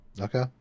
okay